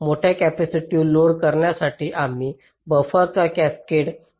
मोठा capacitive load करण्यासाठी आम्ही बफरचा कॅसकेड वापरतो